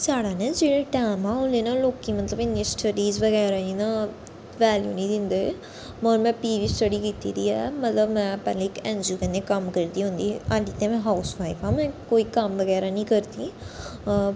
साढ़ा न जेह्ड़ा टैम ऐ ओह् लोकें मतलब इन्नी स्टडीज बगैरा दी ना इन्नी वैल्यू नी दिंदे मगर में फ्ही बी स्टडी कीती दी ऐ मतलब में इक ऐन जी ओ कन्नै कम्म करदी होंदी अल्ली ते में हाउस बाईफ आं में कोई कम्म बगैरा नी करदी